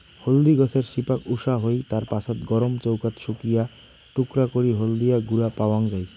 হলদি গছের শিপাক উষা হই, তার পাছত গরম চৌকাত শুকিয়া টুকরা করি হলদিয়া গুঁড়া পাওয়াং যাই